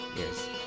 Yes